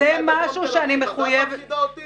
אני חי בדרום תל אביב.